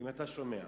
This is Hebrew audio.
אם אתה שומע.